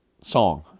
song